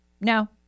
No